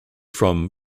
from